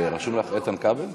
שיהיה לנו זמן להצביע בזמן